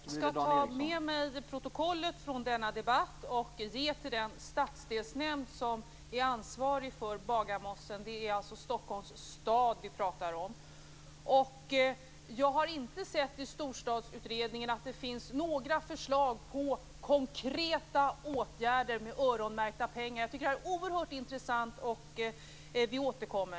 Herr talman! Jag skall ta med mig protokollet från denna debatt och ge till den stadsdelsnämnd som är ansvarig för Bagarmossen. Det är alltså Stockholms stad vi pratar om. Jag har inte sett i Storstadsutredningen att det finns några förslag på konkreta åtgärder med öronmärkta pengar. Jag tycker att detta är oerhört intressant. Vi återkommer.